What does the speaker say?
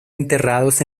enterrados